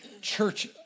church